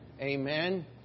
Amen